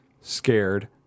scared